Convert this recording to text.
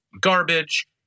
garbage